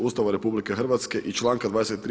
Ustava RH i članka 23.